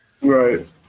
right